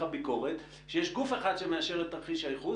הביקורת שיש גוף אחד שמאשר את תרחיש הייחוס,